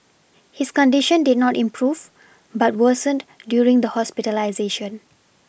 his condition did not improve but worsened during the hospitalisation